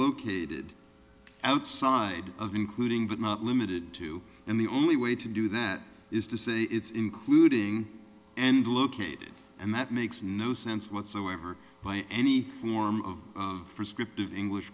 located outside of including but not limited to and the only way to do that is to say it's including and located and that makes no sense whatsoever by any form of prescriptive english